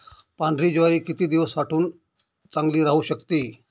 पांढरी ज्वारी किती दिवस साठवून चांगली राहू शकते?